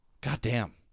goddamn